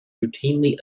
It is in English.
routinely